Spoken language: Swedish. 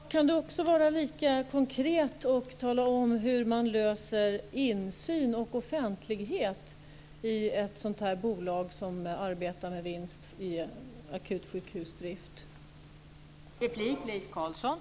Fru talman! Jag kan också vara lika konkret och fråga hur man löser insyn och offentlighet i ett bolag som arbetar med vinst i driften av akutsjukhus.